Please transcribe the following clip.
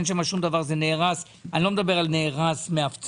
אין שם שום דבר וזה נהרס ואני לא מדבר על נכס שנהרס מהפצצה,